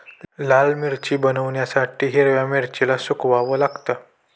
लाल मिरची बनवण्यासाठी हिरव्या मिरचीला सुकवाव लागतं